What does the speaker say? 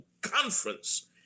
conference